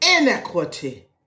inequity